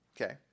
Okay